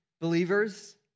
believers